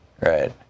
Right